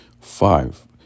Five